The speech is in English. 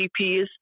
GPs